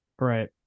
Right